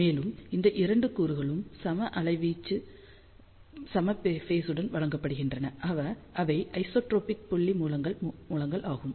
மேலும் இந்த இரண்டு கூறுகளும் சம அலைவீச்சு சம ஃபேஸுடன் வழங்கப்படுகின்றன அவை ஐசோட்ரோபிக் புள்ளி மூலங்கள் ஆகும்